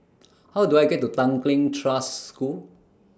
How Do I get to Tanglin Trust School